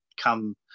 come